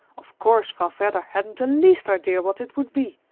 of course vrouw vedder hadn't the least idea what it would be!